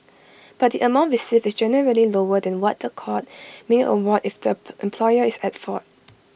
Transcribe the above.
but the amount received is generally lower than what A court may award if the employer is at fault